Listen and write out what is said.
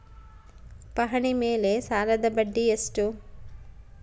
ಪಹಣಿ ಮೇಲೆ ಸಾಲದ ಬಡ್ಡಿ ಎಷ್ಟು?